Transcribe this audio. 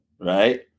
right